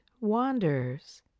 wanders